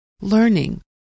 learning